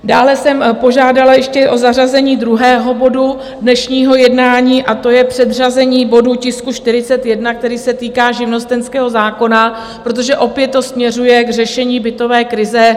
Dále jsem požádala ještě o zařazení druhého bodu dnešního jednání, a to je předřazení bodu tisku 41, který se týká živnostenského zákona, protože opět to směřuje k řešení bytové krize.